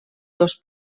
dos